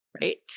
Right